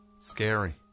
Scary